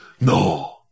No